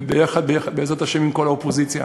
וביחד ביחד, בעזרת השם, עם כל האופוזיציה,